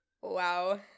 Wow